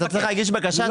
אתה צריך להגיש בקשה.